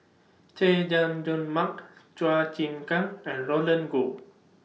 Chay Jung Jun Mark Chua Chim Kang and Roland Goh